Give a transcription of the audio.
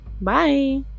Bye